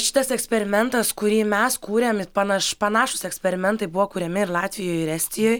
šitas eksperimentas kurį mes kūrėm ir panaš panašūs eksperimentai buvo kuriami ir latvijoj ir estijoj